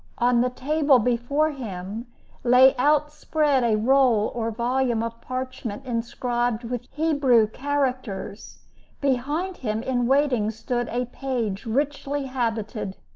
on the table before him lay outspread a roll or volume of parchment inscribed with hebrew characters behind him, in waiting, stood a page richly habited.